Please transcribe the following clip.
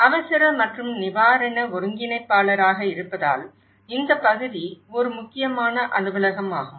அவசர மற்றும் நிவாரண ஒருங்கிணைப்பாளராக இருப்பதால் இந்த பகுதி ஒரு முக்கியமான அலுவலகமாகும்